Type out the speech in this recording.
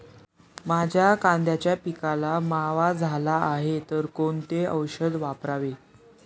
माझ्या कांद्याच्या पिकाला मावा झाला आहे तर कोणते औषध वापरावे?